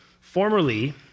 formerly